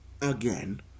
again